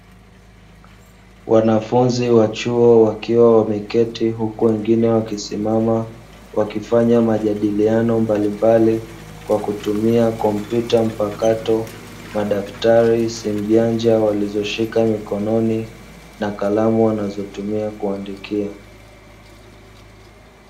Wanafunzi wa chuo wakiwa wameketi huku wengine wakisimama wakifanya majadiliano mbalimbali kwa kutumia kompyuta mpakato, madaftari, simu janja walizoshika mikononi na kalamu wanazotumia kuandikia.